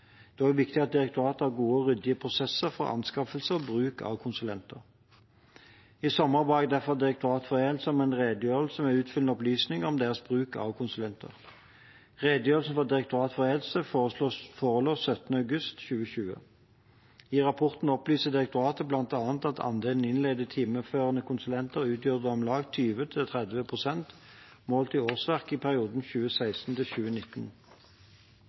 Det er også viktig at direktoratet har gode og ryddige prosesser for anskaffelse og bruk av konsulenter. I sommer ba jeg derfor Direktoratet for e-helse om en redegjørelse med utfyllende opplysninger om deres bruk av konsulenter. Redegjørelsen fra Direktoratet for e-helse forelå 17. august 2020. I rapporten opplyser direktoratet bl.a. at andelen innleide timeførende konsulenter utgjorde om lag 20 til 30 pst. målt i årsverk i perioden